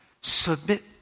submit